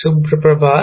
शुभ प्रभात